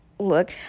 Look